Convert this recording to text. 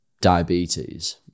diabetes